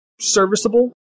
serviceable